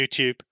YouTube